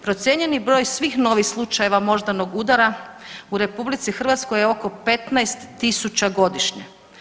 Procijenjeni broj svih novih slučajeva moždanog udara u RH je oko 15.000 godišnje.